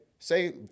Say